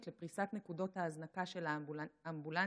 לפריסת נקודות ההזנקה של האמבולנסים,